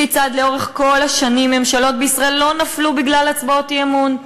כיצד לאורך כל השנים ממשלות בישראל לא נפלו בגלל הצבעות אי-אמון,